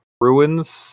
ruins